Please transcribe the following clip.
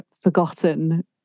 forgotten